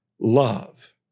love